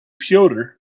Piotr